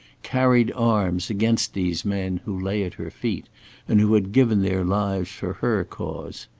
carried arms against these men who lay at her feet and who had given their lives for her cause.